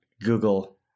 Google